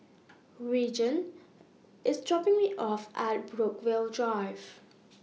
Reagan IS dropping Me off At Brookvale Drive